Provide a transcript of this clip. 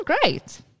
great